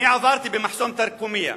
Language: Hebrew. אני עברתי במחסום תרקומיא.